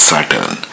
Saturn